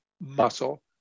muscle